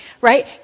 right